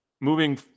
moving